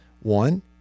one